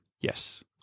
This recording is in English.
Yes